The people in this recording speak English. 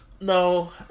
no